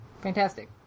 fantastic